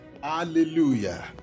Hallelujah